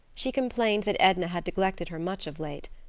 she complained that edna had neglected her much of late.